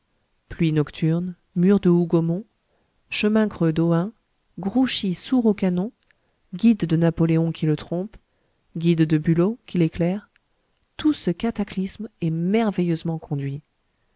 pluie nocturne mur de hougomont chemin creux d'ohain grouchy sourd au canon guide de napoléon qui le trompe guide de bülow qui l'éclaire tout ce cataclysme est merveilleusement conduit